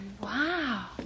wow